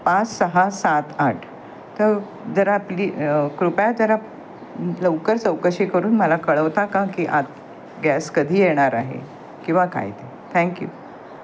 पाच सहा सात आठ त जरा प्ली कृपया जरा लवकर चौकशी करून मला कळवता का की आ गॅस कधी येणार आहे किंवा काय ते थँक्यू